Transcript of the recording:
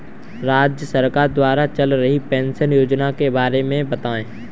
राज्य सरकार द्वारा चल रही पेंशन योजना के बारे में बताएँ?